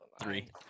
Three